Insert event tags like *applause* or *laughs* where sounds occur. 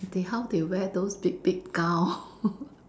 they how they wear those big big gown *laughs*